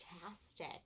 fantastic